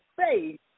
Faith